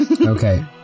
Okay